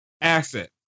Asset